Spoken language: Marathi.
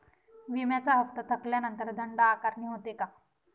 विम्याचा हफ्ता थकल्यानंतर दंड आकारणी होते का?